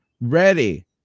ready